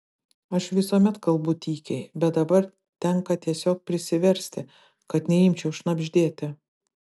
aš visuomet kalbu tykiai bet dabar tenka tiesiog prisiversti kad neimčiau šnabždėti